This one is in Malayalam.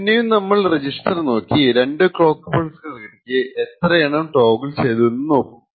പിന്നെയും നമ്മൾ റെജിസ്റ്റർ നോക്കി രണ്ടു ക്ലോക്ക് പൾസുകൾക്കിടക്കു എത്രയെണ്ണം ടോഗ്ൾ ചെയ്തു എന്ന നോക്കും